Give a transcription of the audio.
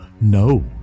no